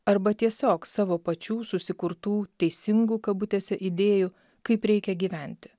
arba tiesiog savo pačių susikurtų teisingų kabutėse idėjų kaip reikia gyventi